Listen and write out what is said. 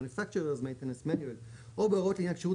(Manufacturer's maintenance manual) או בהוראות לעניין כשירות